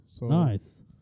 Nice